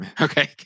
Okay